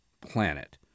planet